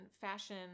fashion